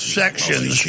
sections